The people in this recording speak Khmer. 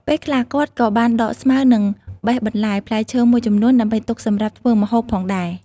ពេលខ្លះ គាត់ក៏បានដកស្មៅ និងបេះបន្លែ ផ្លែឈើមួយចំនួន ដើម្បីទុកសម្រាប់ធ្វើម្ហូបផងដែរ។